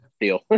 deal